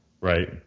Right